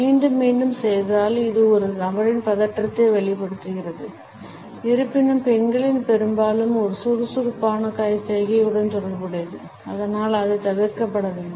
மீண்டும் மீண்டும் செய்தால் இது ஒரு நபரின் பதற்றத்தை வெளிப்படுத்துகிறது இருப்பினும் பெண்களில் பெரும்பாலும் ஒரு சுறுசுறுப்பான சைகையுடன் தொடர்புடையது அதனால் அது தவிர்க்கப்பட வேண்டும்